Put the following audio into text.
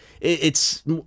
it's-